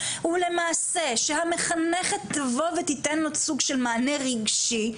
הוא למעשה שהמחנכת תבוא ותיתן לו סוג של מענה רגשי,